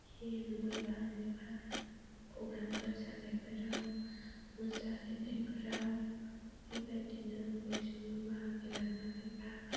एबा मबेबा मबेबा प्रग्राम फोर जानायफोराव मोसाहैनायफोराव बेबायदिनो बयजोंबो बाहागो लानाय बा